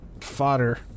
fodder